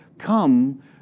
come